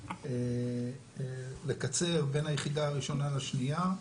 האפשרות לקצר בין היחידה הראשונה לשנייה.